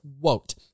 quote